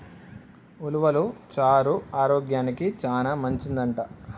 ఉలవలు చారు ఆరోగ్యానికి చానా మంచిదంట